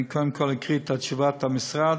אני קודם כול אקריא את תשובת המשרד,